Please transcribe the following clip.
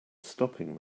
stopping